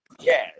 Yes